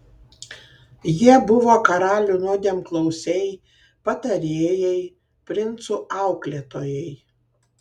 jie buvo karalių nuodėmklausiai patarėjai princų auklėtojai